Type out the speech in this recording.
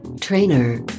trainer